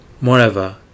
Moreover